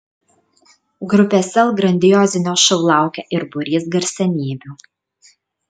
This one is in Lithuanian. grupės sel grandiozinio šou laukia ir būrys garsenybių